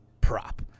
prop